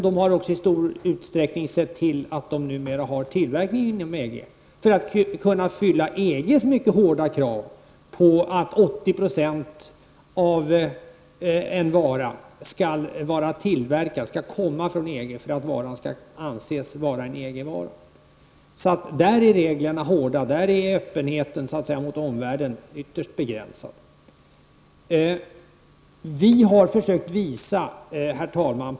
De har också i stor utsträckning sett till att de numera har tillverkning förlagd inom EG för att kunna uppfylla EGs mycket hårda krav på att 80 % av en vara skall vara tillverkad inom EG för att varan skall anses utgöra en EG-vara. Där är reglerna hårda och öppenheten gentemot omvärlden ytterst begränsad. Herr talman!